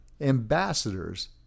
ambassadors